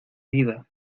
vida